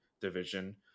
Division